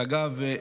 ואגב,